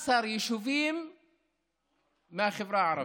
מתוך 20 היישובים, 18 יישובים מהחברה הערבית,